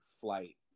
flight